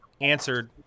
answered